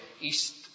east